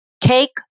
take